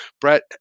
Brett